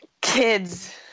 Kids